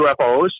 UFOs